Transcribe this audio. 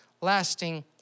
lasting